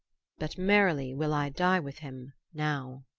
but merrily will i die with him now.